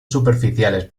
superficiales